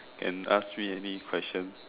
can ask me any question